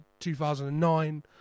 2009